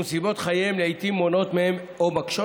ונסיבות חייהם לעיתים מונעות מהם או מקשות